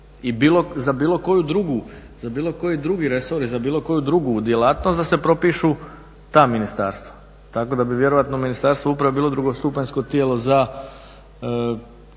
ministarstvo. I za bilo koji drugi resor i za bilo koju drugu djelatnost da se propišu ta ministarstva. Tako da bi vjerojatno Ministarstvo uprave bilo drugostupanjsko tijelo za